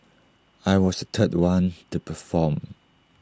I was the third one to perform